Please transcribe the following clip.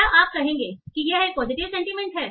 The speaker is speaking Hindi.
क्या आप कहेंगे कि यह एक पॉजिटिव सेंटीमेंट है